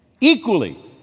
Equally